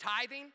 tithing